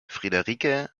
friederike